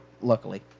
Luckily